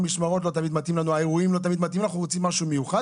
המשמרות לא תמיד התאימו והאירועים לא תמיד התאימו אז הם רצו משהו מיוחד.